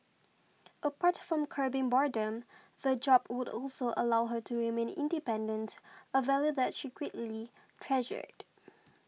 apart from curbing boredom the job would also allow her to remain independent a value that she greatly treasured